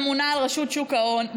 הממונה על רשות שוק ההון,